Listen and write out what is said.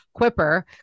Quipper